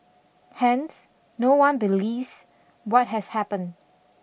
Hence no one believes what has happened